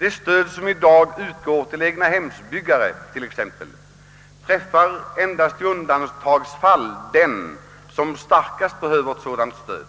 Det stöd som i dag utgår till egnahemsbyggare, går endast i undantagsfall till den som bäst behöver det.